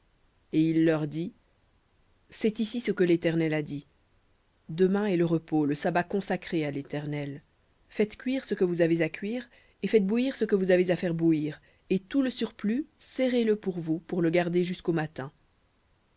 et il leur dit c'est ici ce que l'éternel a dit demain est le repos le sabbat consacré à l'éternel faites cuire ce que vous avez à cuire et faites bouillir ce que vous avez à faire bouillir et tout le surplus serrez le pour vous pour le garder jusqu'au matin